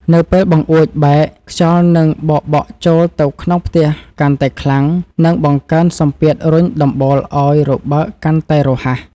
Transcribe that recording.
នៅពេលបង្អួចបែកខ្យល់នឹងបោកបក់ចូលទៅក្នុងផ្ទះកាន់តែខ្លាំង និងបង្កើនសម្ពាធរុញដំបូលឱ្យរបើកកាន់តែរហ័ស។